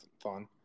fun